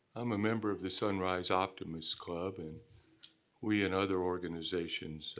i'm a member of the sunrise optimus club and we and other organizations